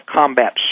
combat